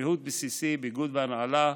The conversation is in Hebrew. ריהוט בסיסי, ביגוד והנעלה,